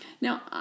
Now